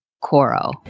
Coro